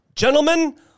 Gentlemen